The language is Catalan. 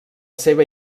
seva